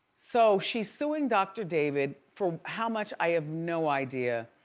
so she is suing dr. david for how much i have no idea,